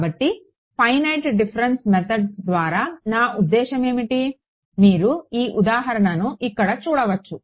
కాబట్టి finite difference methods ద్వారా నా ఉద్దేశ్యం ఏమిటి మీరు ఈ ఉదాహరణను ఇక్కడ చూడవచ్చు